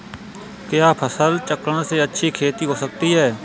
क्या फसल चक्रण से अच्छी खेती हो सकती है?